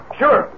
sure